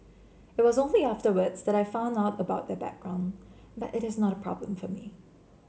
it was only afterwards that I found out about their background but it is not a problem for me